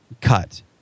cut